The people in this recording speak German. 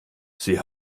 sie